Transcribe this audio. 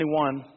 21